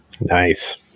Nice